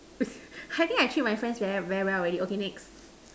I think I treat my friends very very well already okay next